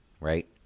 Right